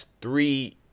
three